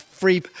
free